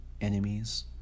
enemies